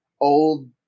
old